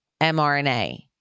mRNA